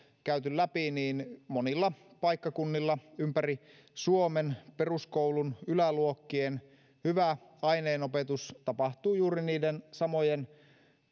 käyty läpi niin monilla paikkakunnilla ympäri suomen peruskoulun yläluokkien hyvä aineenopetus tapahtuu juuri niiden samojen